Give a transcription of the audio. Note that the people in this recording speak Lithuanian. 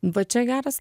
va čia geras